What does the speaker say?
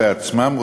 בעצמם,